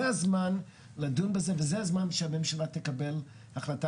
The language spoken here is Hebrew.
זה הזמן לדון בזה וזה הזמן שהממשלה תקבל החלטה.